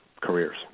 careers